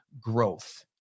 growth